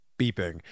beeping